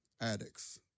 addicts